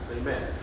Amen